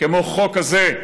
כמו החוק הזה,